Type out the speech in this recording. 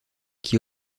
qui